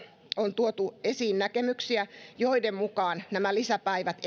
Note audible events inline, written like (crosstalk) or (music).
on tuotu esiin näkemyksiä joiden mukaan nämä lisäpäivät (unintelligible)